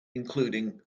including